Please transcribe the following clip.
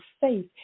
faith